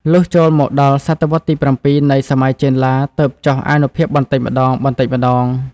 លុះ ចូលមកដល់សតវត្សទី៧ នៃសម័យចេនឡាទើបចុះអានុភាពបន្តិចម្តងៗ។